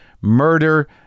murder